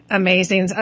amazing